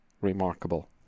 remarkable